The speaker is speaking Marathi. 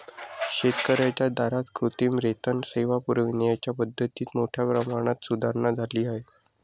शेतकर्यांच्या दारात कृत्रिम रेतन सेवा पुरविण्याच्या पद्धतीत मोठ्या प्रमाणात सुधारणा झाली आहे